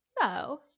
No